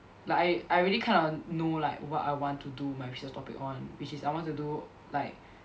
like I I already kind of know like what I want to do my research topic on which is I want to do like